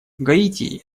гаити